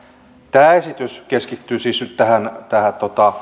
tämä esitys keskittyy siis nyt tähän tähän